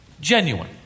Genuine